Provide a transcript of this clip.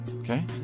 Okay